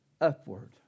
upward